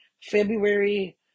February